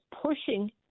pushing